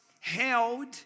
held